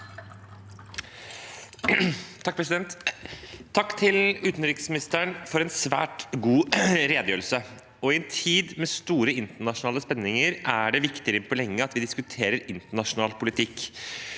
(A) Takk til utenriks- ministeren for en svært god redegjørelse. I en tid med store internasjonale spenninger er det viktigere enn på lenge at vi diskuterer internasjonal politikk.